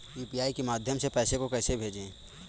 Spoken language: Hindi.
यू.पी.आई के माध्यम से पैसे को कैसे भेजें?